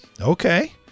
Okay